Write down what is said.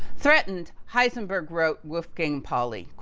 threatened, heisenberg wrote wolfgang pauli,